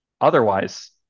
Otherwise